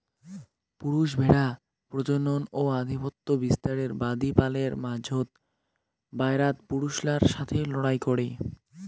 পুরুষ ভ্যাড়া প্রজনন ও আধিপত্য বিস্তারের বাদী পালের মাঝোত, বায়রাত পুরুষলার সথে লড়াই করে